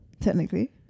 technically